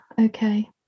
okay